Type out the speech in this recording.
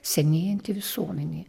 senėjanti visuomenė